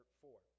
four